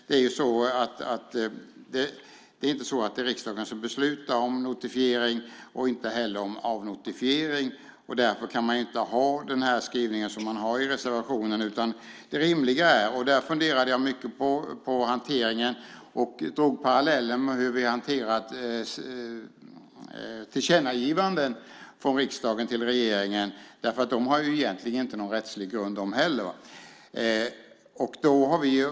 Det är inte riksdagen som beslutar om notifiering och inte heller om avnotifiering, och därför kan man inte ha den skrivning som man har i reservationen. Jag funderade mycket på hanteringen och drog parallellen med hur vi har hanterat tillkännagivanden från riksdagen till regeringen, därför att de har egentligen inte heller någon rättslig grund.